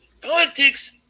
politics